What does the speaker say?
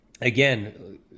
again